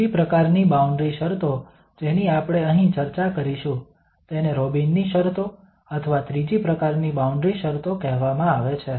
ત્રીજી પ્રકારની બાઉન્ડ્રી શરતો જેની આપણે અહીં ચર્ચા કરીશું તેને રોબિનની શરતો Robins conditions અથવા ત્રીજી પ્રકારની બાઉન્ડ્રી શરતો કહેવામાં આવે છે